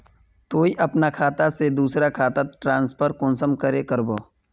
तुई अपना खाता से दूसरा खातात ट्रांसफर कुंसम करे करबो?